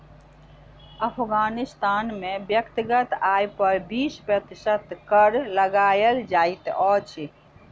अफ़ग़ानिस्तान में व्यक्तिगत आय पर बीस प्रतिशत कर लगायल जाइत अछि